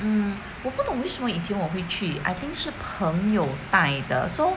嗯我不懂为什么以前我会去 I think 是朋友带的 so